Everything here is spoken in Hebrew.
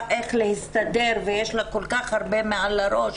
איך להסתדר ויש לה כל כך הרבה על הראש,